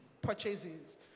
purchases